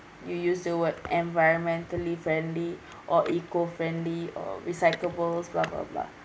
you use the word environmentally friendly or eco-friendly or recyclables blah blah blah